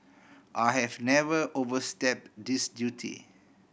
I have never overstep this duty